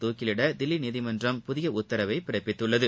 தூக்கிலிட தில்லி நீதிமன்றம் புதிய உத்தரவை பிறப்பித்துள்ளது